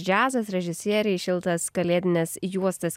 džiazas režisieriai šiltas kalėdines juostas